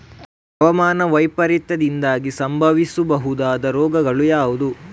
ಹವಾಮಾನ ವೈಪರೀತ್ಯದಿಂದಾಗಿ ಸಂಭವಿಸಬಹುದಾದ ರೋಗಗಳು ಯಾವುದು?